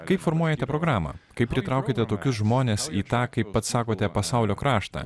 kaip formuojate programą kaip pritraukiate tokius žmones į tą kaip pats sakote pasaulio kraštą